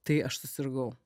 tai aš susirgau